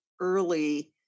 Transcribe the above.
early